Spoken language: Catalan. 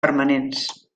permanents